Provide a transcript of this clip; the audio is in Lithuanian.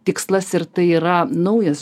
tikslas ir tai yra naujas